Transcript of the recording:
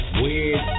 weird